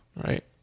Right